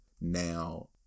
now